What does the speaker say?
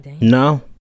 No